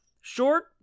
short